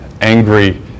angry